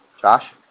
Josh